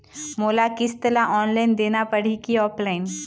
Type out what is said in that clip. मोला किस्त ला ऑनलाइन देना पड़ही की ऑफलाइन?